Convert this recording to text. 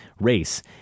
race